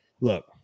look